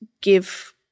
give